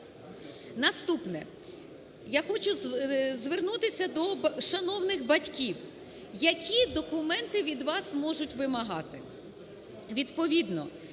Наступне. Я хочу звернутися до шановних батьків, які документи від вас можуть вимагати.